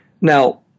Now